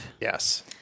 Yes